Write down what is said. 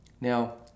Now